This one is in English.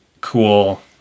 cool